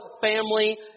family